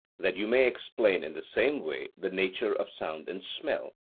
that you may explain in the same way the nature of sound and smell,